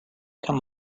come